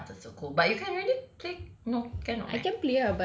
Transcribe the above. oh my god that's so cool but you can already play no cannot eh